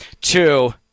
Two